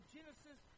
Genesis